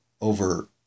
over